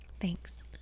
Thanks